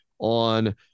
on